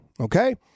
Okay